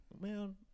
man